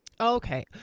Okay